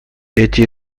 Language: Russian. эти